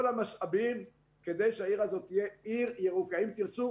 המשאבים כדי שהעיר הזו תהיה עיר ירוקה אם תרצו,